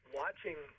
watching